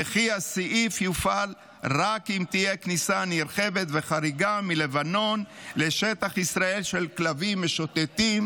וכי הסעיף יופעל רק אם תהיה כניסה נרחבת וחריגה של כלבים משוטטים